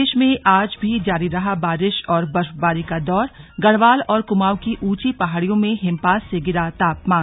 प्रदेश में आज भी जारी रहा बारिश और बर्फबारी का दौरगढ़वाल और कुमाऊं की ऊंची पहाड़ियों में हिमपात से गिरा तापमान